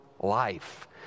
Life